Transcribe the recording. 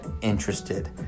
interested